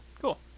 Cool